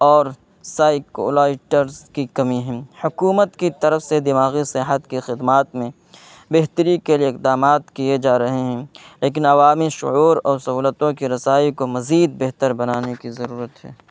اور سائیکولائٹرس کی کمی ہے حکومت کی طرف سے دماغی صحت کی خدمات میں بہتری کے لیے اقدامات کیے جا رہے ہیں لیکن عوامی شعور اور سہولتوں کے رسائی کو مزید بہتر بنانے کی ضرورت ہے